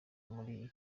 muri